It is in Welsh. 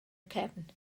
cefn